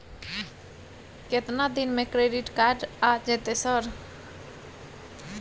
केतना दिन में क्रेडिट कार्ड आ जेतै सर?